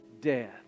death